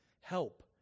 help